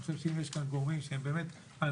אני חושב שאם יש כאן גורמים שהם באמת אנרכיסטים,